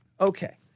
Okay